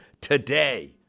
today